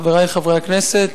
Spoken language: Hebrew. חברי חברי הכנסת,